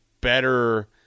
better